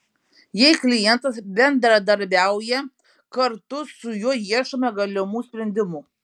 jei klientas bendradarbiauja kartu su juo ieškome galimų sprendimų